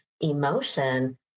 emotion